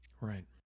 Right